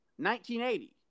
1980